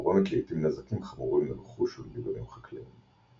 וגורמת לעיתים נזקים חמורים לרכוש ולגידולים חקלאיים.